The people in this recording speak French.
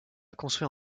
construit